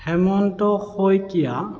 Hemanta Saikia